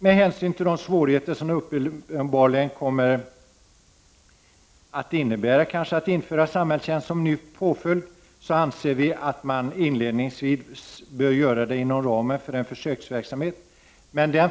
Med hänsyn till de svårigheter som det uppenbarligen kommer att innebära att införa samhällstjänst såsom ny påföljd anser vi att man inledningsvis bör göra det inom ramen för en försöksverksamhet.